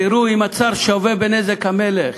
תראו אם הצר שווה בנזק המלך.